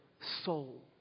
soul